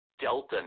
delta